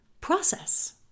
process